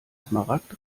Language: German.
smaragd